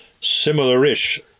similar-ish